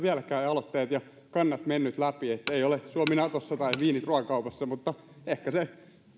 aloitteet ja kannat eivät ole vieläkään menneet läpi eli ei ole suomi natossa tai viinit ruokakaupassa mutta ehkä